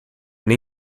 nem